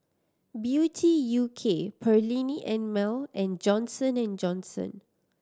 Beauty U K Perllini and Mel and Johnson and Johnson